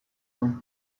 den